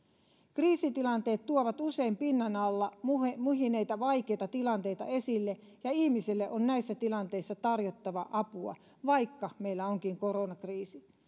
kriisitilanteet tuovat usein pinnan alla muhineita muhineita vaikeita tilanteita esille ja ihmisille on näissä tilanteissa tarjottava apua vaikka meillä onkin koronakriisi